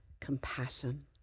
compassion